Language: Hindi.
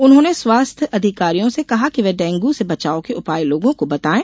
उन्होंने स्वास्थ्य अधिकारियों से कहा कि वे डेंग् से बचाव के उपाय लोगों को बताएं